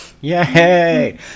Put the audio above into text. yay